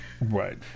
Right